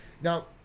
Now